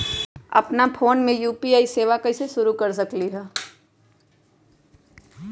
अपना फ़ोन मे यू.पी.आई सेवा कईसे शुरू कर सकीले?